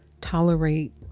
tolerate